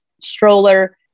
stroller